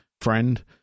friend